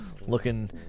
looking